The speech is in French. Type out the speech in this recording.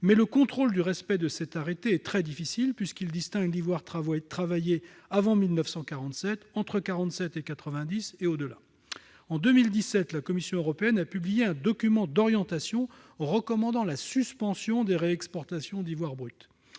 mais le contrôle du respect de cet arrêté est très difficile, puisqu'il établit une distinction selon que l'ivoire a été travaillé avant 1947, entre 1947 et 1990 ou plus tard. En 2017, la Commission européenne a publié un document d'orientation recommandant la suspension des réexportations d'ivoire brut.